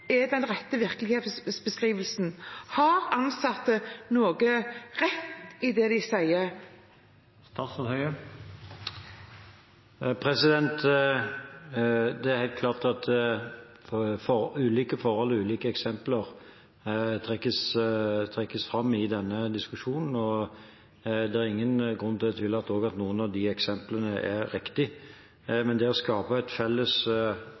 er den rette virkelighetsbeskrivelsen? Har ansatte noe rett i det de sier? Det er helt klart at ulike forhold og ulike eksempler trekkes fram i denne diskusjonen, og det er ingen grunn til å tvile på at noen av eksemplene er riktige. Men det å skape en felles